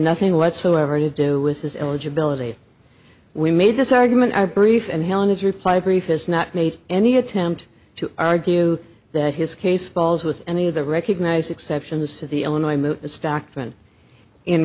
nothing whatsoever to do with his eligibility we made this argument i brief and held his reply brief has not made any attempt to argue that his case falls with any of the recognized exceptions to the illinois i